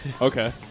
Okay